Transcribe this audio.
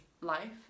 life